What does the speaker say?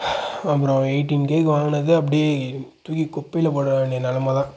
அப்பறம் எய்ட்டின் கேவுக்கு வாங்கினது அப்டியே தூக்கி குப்பையில் போட வேண்டிய நெலமை தான்